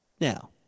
Now